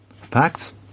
Facts